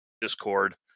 discord